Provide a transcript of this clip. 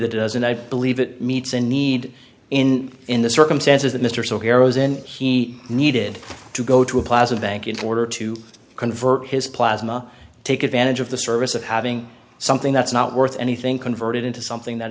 it doesn't i believe it meets a need in in the circumstances that mr so heroes in he needed to go to a plaza bank in order to convert his plasma take advantage of the service of having something that's not worth anything convert it into something that